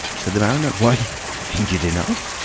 said the mariner. why ain't it enough?